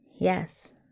Yes